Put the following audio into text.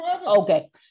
Okay